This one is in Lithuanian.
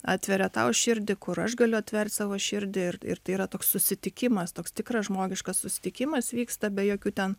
atveria tau širdį kur aš galiu atvert savo širdį ir ir tai yra toks susitikimas toks tikras žmogiškas susitikimas vyksta be jokių ten